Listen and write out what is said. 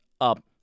up